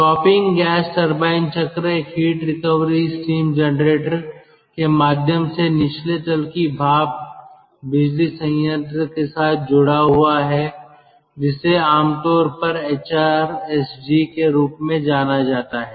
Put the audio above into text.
topping gas turbine चक्र एक heat recovery steam generator के माध्यम से निचले तल की भाप बिजली संयंत्र के साथ जुड़ा हुआ है जिसे आमतौर पर एचआरएसजी के रूप में जाना जाता है